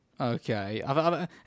Okay